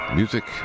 music